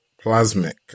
plasmic